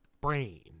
brain